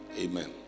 amen